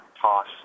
toss